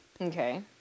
Okay